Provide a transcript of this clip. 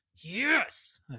yes